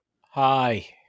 Hi